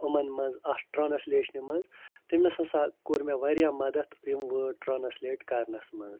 یِمَن منٛز اَتھ ٹرٛانَسلیشنہِ منٛز تٔمِس ہسا کوٚر مےٚ واریاہ مدد یِم وٲرڈ ٹرٛانَسلیٹ کرنَس منٛز